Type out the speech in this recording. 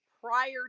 prior